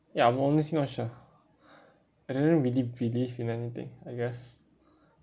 ya I'm honestly not sure I didn't really believe in anything I guess